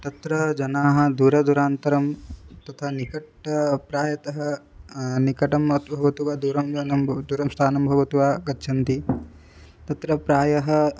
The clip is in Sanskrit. तत्र जनाः दूरदुरान्तरं तथा निकटप्रायतः निकटम् अथवा भवतु वा दूरं यानं भवतु दूरं स्थानं भवतु वा गच्छन्ति तत्र प्रायः